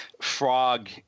frog